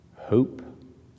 hope